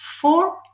four